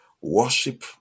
worship